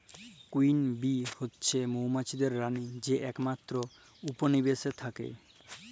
queen bee হছে মোমাছিদের রালী যে একমাত্তর উপলিবেশে থ্যাকে